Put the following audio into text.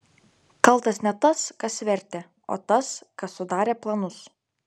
kaltas ne tas kas vertė o tas kas sudarė planus